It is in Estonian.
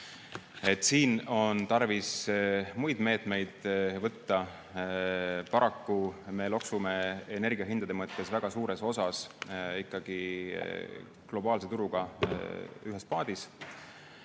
Siin on tarvis muid meetmeid kasutusele võtta. Paraku me loksume energiahindade mõttes väga suuresti ikkagi globaalse turuga ühes paadis.